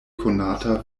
konata